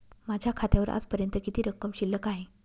माझ्या खात्यावर आजपर्यंत किती रक्कम शिल्लक आहे?